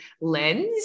lens